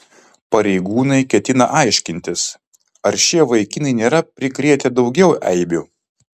pareigūnai ketina aiškintis ar šie vaikinai nėra prikrėtę daugiau eibių